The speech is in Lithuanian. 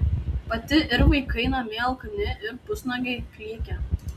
pati ir vaikai namie alkani ir pusnuogiai klykia